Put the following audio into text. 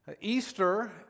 Easter